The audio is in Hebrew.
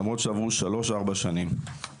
למרות שעברו 3-4 שנים.